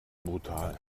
brutal